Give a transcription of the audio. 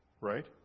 right